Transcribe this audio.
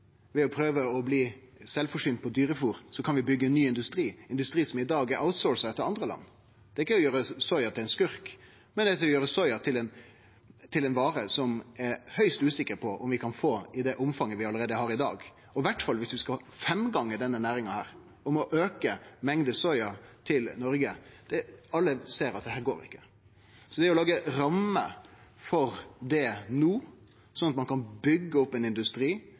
industri som i dag er outsourca til andre land. Det er ikkje å gjere soya til ein skurk, det er å gjere soya til ei vare som det er høgst usikkert om vi kan få i det omfanget vi allereie har i dag, og i alle fall om vi skal femgonge denne næringa og må auke mengda soya til Noreg. Alle ser at det ikkje går. Å lage rammer for det no, sånn at ein kan byggje opp ein industri